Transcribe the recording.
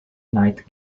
knight